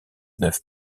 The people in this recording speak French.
neuf